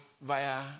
via